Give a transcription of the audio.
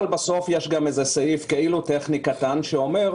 אבל בסוף יש סעיף טכני כאילו קטן שאומר: